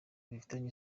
bifitanye